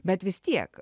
bet vis tiek